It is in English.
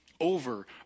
over